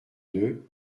deux